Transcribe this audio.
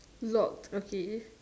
locked okay